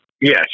Yes